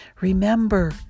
Remember